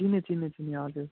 चिनेँ चिनेँ चिनेँ हजुर